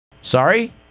Sorry